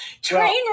train